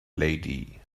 lady